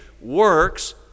works